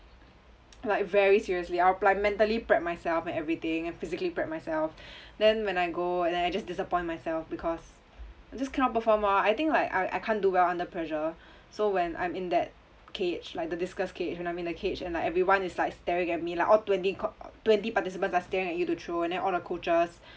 like very seriously I'll mentally prep myself and everything and physically prep myself then when I go and then I just disappoint myself because I just cannot perform ah I think like I I can't do well under pressure so when I'm in that cage like the discus cage when I'm in the cage and like everyone is like staring at me like all twenty co~ twenty participants are staring at you to throw and then all the coaches